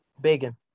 Bacon